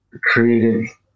creative